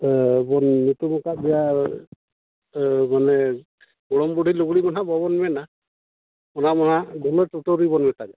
ᱛᱚ ᱵᱚᱱ ᱧᱩᱛᱩᱢ ᱟᱠᱟᱫᱮᱭᱟ ᱢᱟᱱᱮ ᱜᱚᱲᱚᱢ ᱵᱩᱰᱦᱤ ᱞᱩᱜᱽᱲᱤ ᱢᱟᱱᱟᱦᱟᱜ ᱵᱟᱵᱚᱱ ᱢᱮᱱᱟ ᱚᱱᱟ ᱢᱟᱦᱟᱜ ᱰᱷᱩᱞᱟᱹ ᱴᱩᱴᱩᱨᱤ ᱵᱚᱱ ᱢᱮᱛᱟᱜ ᱠᱟᱱᱟ